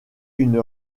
une